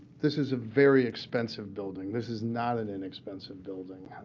this is a very expensive building. this is not an inexpensive building.